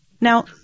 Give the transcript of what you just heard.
Now